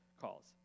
calls